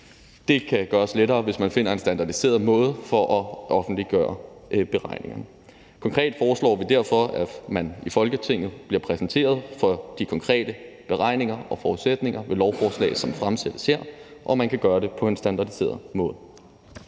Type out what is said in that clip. Det kan gøres lettere, hvis man finder en standardiseret måde at offentliggøre beregningerne på. Konkret foreslår vi derfor, at man i Folketinget bliver præsenteret for de konkrete beregninger og forudsætninger ved lovforslag, som fremsættes her, og at man kan gøre det på en standardiseret måde.